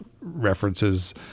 references